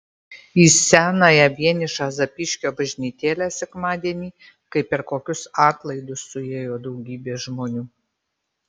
į senąją vienišą zapyškio bažnytėlę sekmadienį kaip per kokius atlaidus suėjo daugybė žmonių